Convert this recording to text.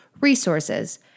resources